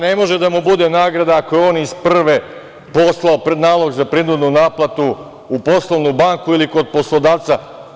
Ne može da mu bude nagrada ako je on iz prve poslao nalog za prinudnu naplatu u poslovnu banku ili kod poslodavca.